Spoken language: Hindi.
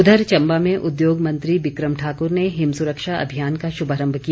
उधर चम्बा में उद्योग मंत्री बिक्रम ठाकुर ने हिम सुरक्षा अभियान का शुभारम्भ किया